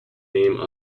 name